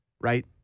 right